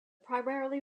primarily